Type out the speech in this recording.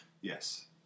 yes